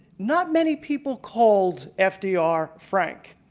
not many people called fdr frank.